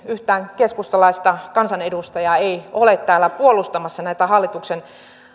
yhtään keskustalaista kansanedustajaa ei ole täällä puolustamassa näitä hallituksen